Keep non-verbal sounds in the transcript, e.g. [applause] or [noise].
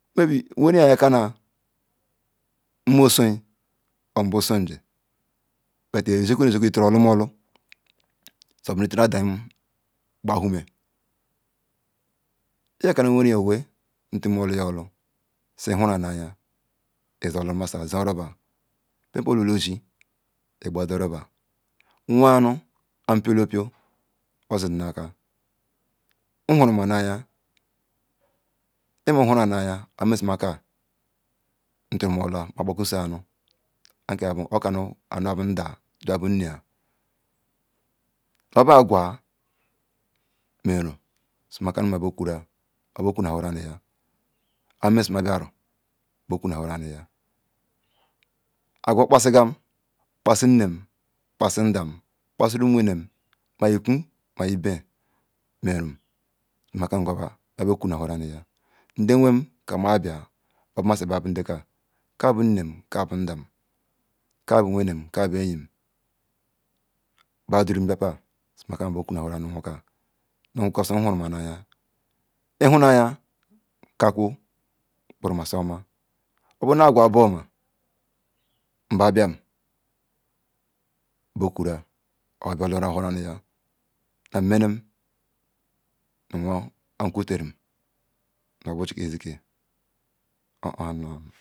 [unintelligible] Kanam imo son or mgbo so ji bet icholumulu so bu ichoradam yem gba whome iya kanu nwori yin owe nturu du yo la zin orobalan piolopio ozim nu aka nhuruma nuayan ohan merum sima ka makpakusa oka anu wa bu nnen nu ndalo buakwo ohan merum si ma ka mabia rural my bia kunahural anu yor ohan meron si ma bia ro bia kunahuranya akwo okpasigam kpasi nne kpa si ndam kpasi rumiwene ny itewu my iben merun si kma nquan my bio quana who ranu ya nde wem teama bia ka bunnem ja bu ndam ka bu wen e ka bu eyim badurum bia kpa suma ka ma bia kuna whoranu nwonka because nhuruma nyen ihunayin, keakwol and obrosiri oma oburunu A kwa bu nbu biam bu kural or bialohoran nu ya anu menam nu won an kentarum obu chi izi ki obu onu.